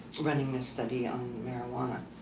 running a study on marijuana.